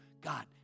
God